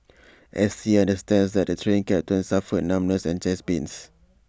S T understands that the Train Captain suffered numbness and chest pains